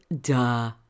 duh